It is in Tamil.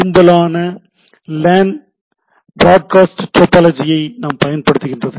பெரும்பாலான 'லேன்' பிராட்காஸ்ட் டோபாலஜி ஐப் பயன்படுத்துகின்றன